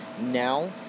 now